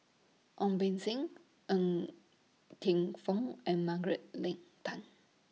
Ong Beng Seng Ng Teng Fong and Margaret Leng Tan